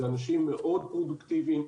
אלה אנשים מאוד פרודוקטיביים,